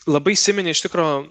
labai įsiminė iš tikro